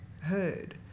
heard